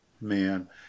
man